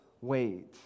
wait